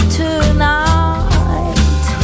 tonight